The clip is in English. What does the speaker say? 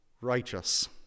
righteous